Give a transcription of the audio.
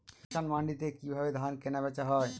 কৃষান মান্ডিতে কি ভাবে ধান কেনাবেচা হয়?